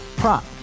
prop